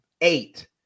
eight